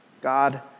God